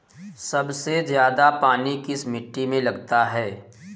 सबसे ज्यादा पानी किस मिट्टी में लगता है?